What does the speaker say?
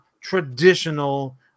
traditional